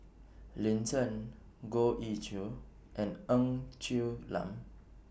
Lin Chen Goh Ee Choo and Ng Quee Lam